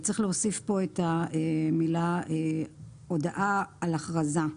צריך להוסיף כאן את המילה "הודעה על הכרזה".